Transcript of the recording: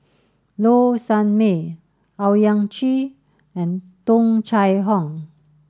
Low Sanmay Owyang Chi and Tung Chye Hong